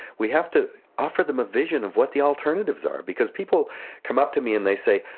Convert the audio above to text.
we have to offer them a vision of what the alternatives are, because people come up to me and they say,